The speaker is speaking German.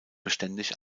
beständig